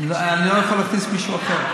אני לא יכול להכניס מישהו אחר.